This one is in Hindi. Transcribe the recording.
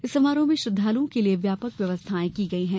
इस समारोह में श्रद्धालुओं के लिये व्यापक व्यवथायें की गई हैं